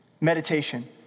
meditation